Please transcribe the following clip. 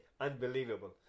unbelievable